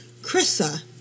Krissa